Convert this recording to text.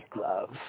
love